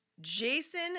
Jason